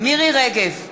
מירי רגב,